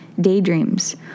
daydreams